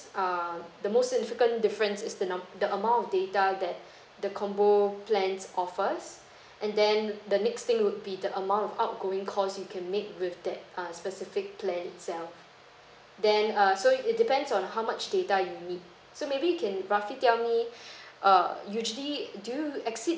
err the most significant difference is the num~ the amount of data that the combo plans offers and then the next thing would be the amount of outgoing calls you can make with that uh specific plan itself then err so it depends on how much data you need so maybe you can roughly tell me err usually do you exceed